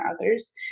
others